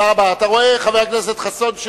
אתה רואה, חבר הכנסת חסון,